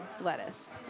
lettuce